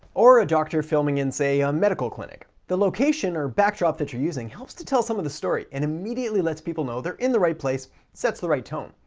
or a doctor filming in, say a medical clinic. the location or backdrop that you're using helps to tell some of the story and immediately lets people know they're in the right place. it sets the right tone.